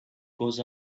goes